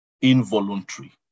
involuntary